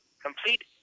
complete